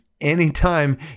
anytime